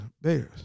Bears